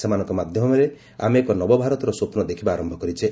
ସେମାନଙ୍କ ମାଧ୍ୟମରେ ଆମେ ଏକ ନବଭାରତର ସ୍ୱପ୍ ଦେଖିବା ଆରମ୍ଭ କରିଛେ